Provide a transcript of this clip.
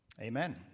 Amen